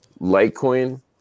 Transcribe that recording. Litecoin